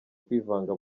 kwivanga